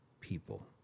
people